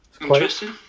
Interesting